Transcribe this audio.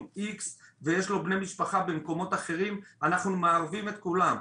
X ויש לו בני משפחה במקומות אחרים אנחנו מערבים את כולם,